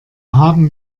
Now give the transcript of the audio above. haben